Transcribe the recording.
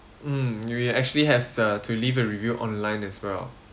mm you you actually have the to leave a review online as well